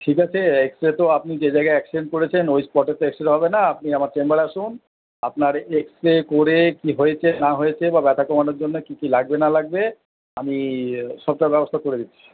ঠিক আছে X ray তো আপনি যে জায়গায় অ্যাক্সিডেন্ট করেছেন ওই স্পটে তো এক্স রে হবে না আপনি আমার চেম্বারে আসুন আপনার এক্স রে করে কি হয়েছে না হয়েছে বা ব্যথা কমানোর জন্য কী কী লাগবে না লাগবে আমি সবটার ব্যবস্থা করে দিচ্ছি